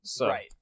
right